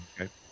okay